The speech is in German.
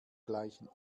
gleichen